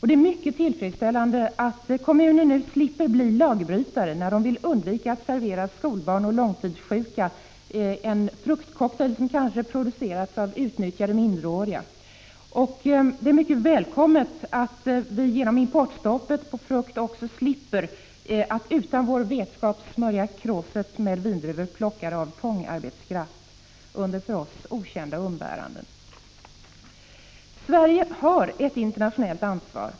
Det är mycket tillfredsställande att kommuner nu slipper bli lagbrytare när de vill undvika att servera skolbarn och långtidssjuka en fruktcocktail som kanske har producerats av utnyttjade minderåriga. Det är mycket välkommet att vi genom importstoppet på frukt också slipper att utan vår vetskap smörja kråset med vindruvor plockade av fångarbetskraft under för oss okända umbäranden. Sverige har ett internationellt ansvar.